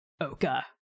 Oka